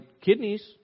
kidneys